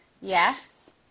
yes